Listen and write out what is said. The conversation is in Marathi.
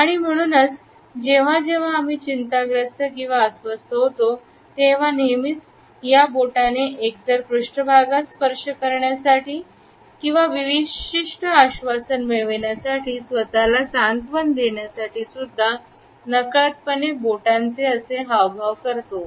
आणि म्हणूनच जेव्हा जेव्हा आम्ही चिंताग्रस्त किंवा अस्वस्थ होतो तेव्हा नेहमीच या बोटाने एकतर पृष्ठभागास स्पर्श करण्यासाठी विशिष्ट आश्वासन मिळविण्यासाठी स्वतःला सांत्वन देण्यासाठी नकळतपणे पोटांचे असे हावभाव करतो